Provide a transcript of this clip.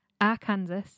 Arkansas